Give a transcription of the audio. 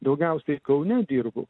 daugiausiai kaune dirbau